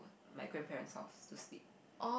my grandparents' house to sleep